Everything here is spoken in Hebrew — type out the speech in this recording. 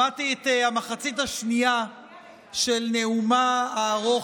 שמעתי את המחצית השנייה של נאומה הארוך